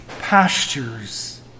pastures